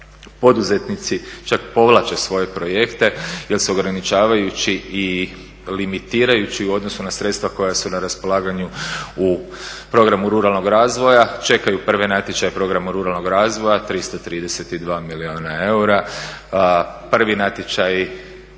poduzetnici čak povlače svoje projekte jer su ograničavajući i limitirajući u odnosu na sredstva koja su na raspolaganju u programu ruralnog razvoja. Čekaju prve natječaje u programu ruralnog razvoja 332 milijuna eura. Prvi natječaji